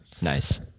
Nice